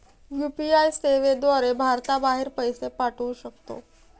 UPI सेवेद्वारे भारताबाहेर पैसे पाठवू शकतो